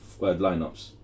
lineups